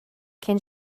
cyn